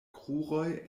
kruroj